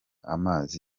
amazi